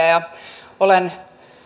ja olen